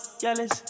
jealous